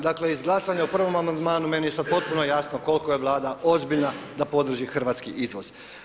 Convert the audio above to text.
Dakle, iz glasanja o prvom amandmanu meni je sad potpuno jasno koliko je Vlada ozbiljna da podrži hrvatski izvoz.